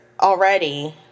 already